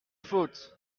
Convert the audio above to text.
faute